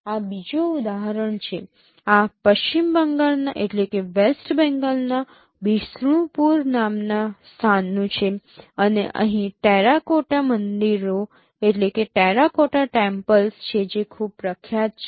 આ બીજું ઉદાહરણ છે આ પશ્ચિમ બંગાળના બિષ્ણુપુર નામના સ્થાનનું છે અને અહીં ટેરાકોટા મંદિરો છે જે ખૂબ પ્રખ્યાત છે